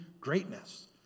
greatness